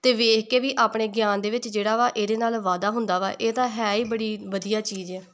ਅਤੇ ਵੇਖ ਕੇ ਵੀ ਆਪਣੇ ਗਿਆਨ ਦੇ ਵਿੱਚ ਜਿਹੜਾ ਵਾ ਇਹਦੇ ਨਾਲ ਵਾਧਾ ਹੁੰਦਾ ਵਾ ਇਹ ਤਾਂ ਹੈ ਹੀ ਬੜੀ ਵਧੀਆ ਚੀਜ਼ ਹੈ